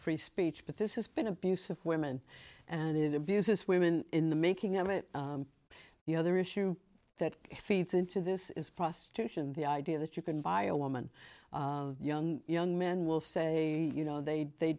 free speech but this is been abuse of women and it abuses women in the making of it the other issue that feeds into this is prostitution the idea that you can buy a woman young young men will say you know they they